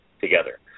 together